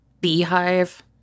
beehive